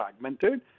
fragmented